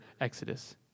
exodus